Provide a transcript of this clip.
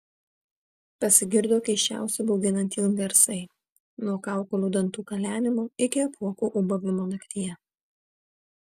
pasigirdo keisčiausi bauginantys garsai nuo kaukolių dantų kalenimo iki apuokų ūbavimo naktyje